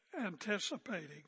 anticipating